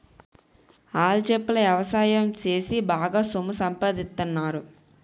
ఆల్చిప్పల ఎవసాయం సేసి బాగా సొమ్ము సంపాదిత్తన్నారు